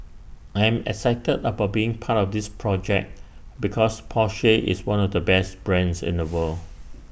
I am excited about being part of this project because Porsche is one of the best brands in the world